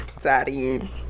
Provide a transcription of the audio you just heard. Daddy